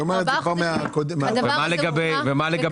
מה הנושא השלישי?